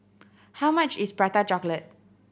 how much is Prata Chocolate